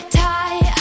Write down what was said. tie